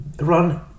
run